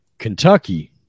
Kentucky